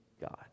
God